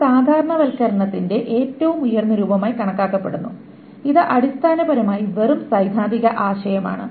ഇത് സാധാരണവൽക്കരണത്തിന്റെ ഏറ്റവും ഉയർന്ന രൂപമായി കണക്കാക്കപ്പെടുന്നു ഇത് അടിസ്ഥാനപരമായി വെറും സൈദ്ധാന്തിക ആശയമാണ്